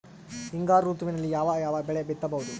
ಹಿಂಗಾರು ಋತುವಿನಲ್ಲಿ ಯಾವ ಯಾವ ಬೆಳೆ ಬಿತ್ತಬಹುದು?